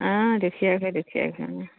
অঁ দেখি আছোঁ দেখি আছোঁ অঁ